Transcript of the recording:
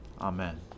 Amen